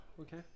Okay